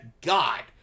God